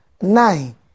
nine